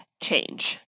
change